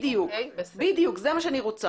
בדיוק, זה מה שאני רוצה.